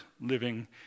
living